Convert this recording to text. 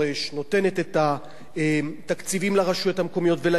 נותנת את התקציבים לרשויות המקומיות ולארגונים